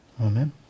amen